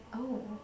oh